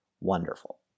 wonderful